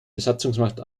besatzungsmacht